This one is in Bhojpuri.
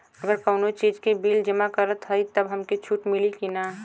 अगर कउनो चीज़ के बिल जमा करत हई तब हमके छूट मिली कि ना?